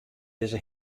dizze